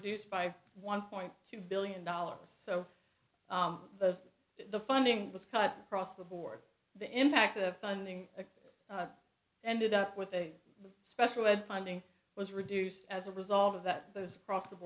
reduced by one point two billion dollars so those are the funding was cut across the board the impact of the funding ended up with a special ed funding was reduced as a result of that those across the